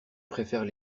préfèrent